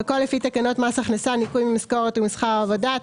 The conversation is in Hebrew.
הכול לפי תקנות מס הכנסה (ניכוי ממשכורת ומשכר עבודה),